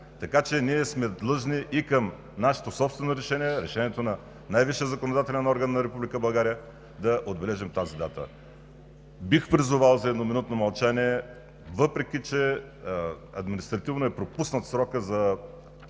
Така че ние сме длъжни и към нашето собствено решение – решението на най-висшия законодателен орган на Република България, да отбележим тази дата. Бих призовал за едноминутно мълчание, въпреки че административно е пропуснат срокът,